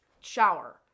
shower